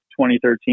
2013